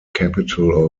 capital